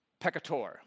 peccator